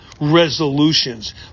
resolutions